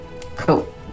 Cool